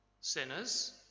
sinners